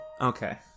Okay